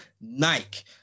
Nike